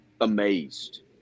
amazed